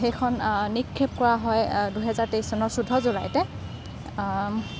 সেইখন নিক্ষেপ কৰা হয় দুহেজাৰ তেইছ চনৰ চৈধ্য জুলাইতে